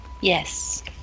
Yes